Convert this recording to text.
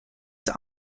from